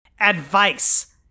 advice